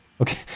Okay